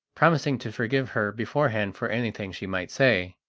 promising to forgive her beforehand for anything she might say.